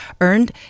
earned